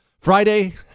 Friday